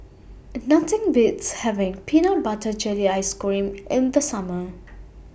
Nothing Beats having Peanut Butter Jelly Ice Cream in The Summer